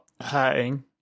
hurting